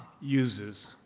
uses